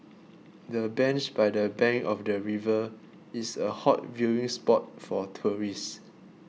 the bench by the bank of the river is a hot viewing spot for tourists